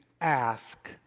ask